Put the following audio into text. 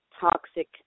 toxic